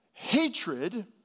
Hatred